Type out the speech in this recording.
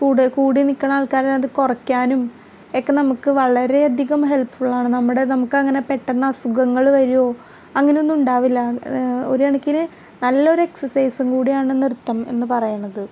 കൂട് കൂടി നിൽക്കുന്ന ആൾക്കാര് അത് കുറയ്ക്കാനും ഒക്കെ നമുക്ക് വളരേ അധികം ഹെൽപ്പ് ഫുള്ളാണ് നമ്മുടെ നമുക്കങ്ങനെ പെട്ടെന്ന് അസുഖങ്ങള് വരികയും അങ്ങനൊന്നും ഉണ്ടാവില്ല ഒരു കണക്കിന് നല്ലൊരു എക്സസൈസും കൂടെയാണ് നൃത്തം എന്ന് പറയുന്നത്